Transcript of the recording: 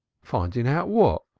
finding out what?